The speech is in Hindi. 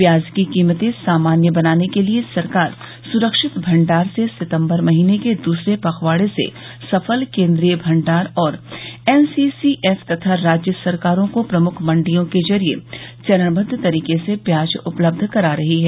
प्याज की कीमतें सामान्य बनाने के लिए सरकार सुरक्षित भंडार से सितम्बर महीने के दूसरे पखवाड़े से सफल केन्द्रीय भंडार और एनसीसीएफ तथा राज्य सरकारों को प्रमुख मंडियों के जरिए चरणबद्द तरीके से प्याज उपलब्ध करा रही है